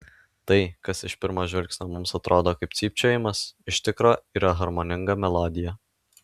tai kas iš pirmo žvilgsnio mums atrodo kaip cypčiojimas iš tikro yra harmoninga melodija